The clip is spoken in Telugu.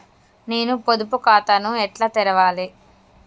నేను పొదుపు ఖాతాను ఎట్లా తెరవాలి?